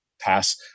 pass